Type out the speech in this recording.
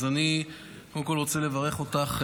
אז אני קודם כול רוצה לברך אותך,